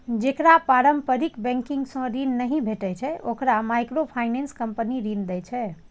जेकरा पारंपरिक बैंकिंग सं ऋण नहि भेटै छै, ओकरा माइक्रोफाइनेंस कंपनी ऋण दै छै